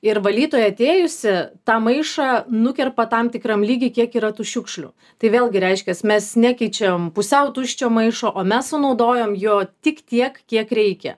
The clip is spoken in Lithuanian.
ir valytoja atėjusi tą maišą nukerpa tam tikram lygy kiek yra tų šiukšlių tai vėlgi reiškias mes nekeičiam pusiau tuščio maišo o mes sunaudojom jo tik tiek kiek reikia